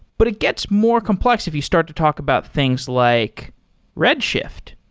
but it gets more complex if you start to talk about things like redshift,